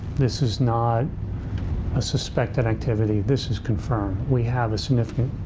this is not a suspected activity, this is confirmed. we have a significant